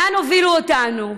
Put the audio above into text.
לאן הובילו אותנו?